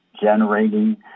generating